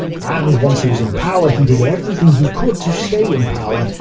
and once he was in power, he did everything he could to stay in power,